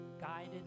guided